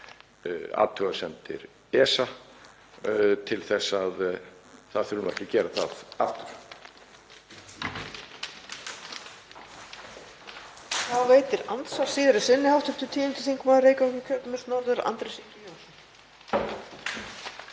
athugasemdir ESA til þess að þurfa ekki að gera það aftur.